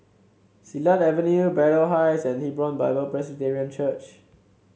Silat Avenue Braddell Heights and Hebron Bible Presbyterian Church